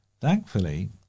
Thankfully